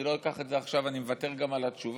אני לא אקח את זה עכשיו, אני מוותר גם על התשובה.